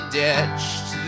ditched